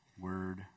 Word